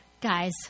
guys